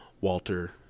Walter